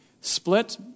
split